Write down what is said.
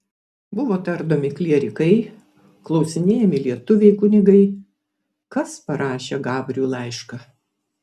buvo tardomi klierikai klausinėjami lietuviai kunigai kas parašė gabriui laišką